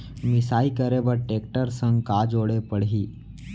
मिसाई करे बर टेकटर संग का जोड़े पड़ही?